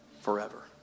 Forever